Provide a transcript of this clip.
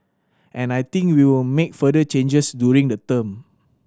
and I think we'll make further changes during the term